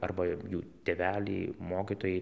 arba jų tėveliai mokytojai